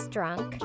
Drunk